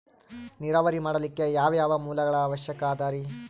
ನೇರಾವರಿ ಮಾಡಲಿಕ್ಕೆ ಯಾವ್ಯಾವ ಮೂಲಗಳ ಅವಶ್ಯಕ ಅದರಿ?